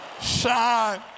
Shine